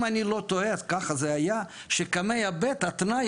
אם אני לא טועה אז ככה זה היה שקמ"ע ב' התנאי